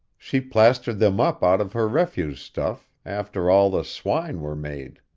she plastered them up out of her refuse stuff, after all the swine were made.